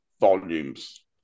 volumes